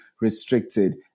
restricted